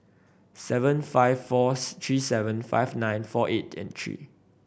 seven five four three seven five nine four eight and three